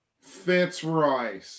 Fitzroy